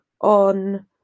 on